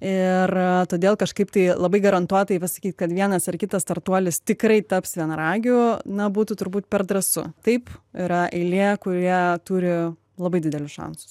ir todėl kažkaip tai labai garantuotai pasakyt kad vienas ar kitas startuolis tikrai taps vienaragiu na būtų turbūt per drąsu taip yra eilė kurie turi labai didelius šansus